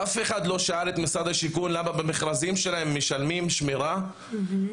אף אחד לא שאל את משרד השיכון למה במכרזים שלהם הם משלמים שמירה לקבלן,